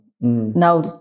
Now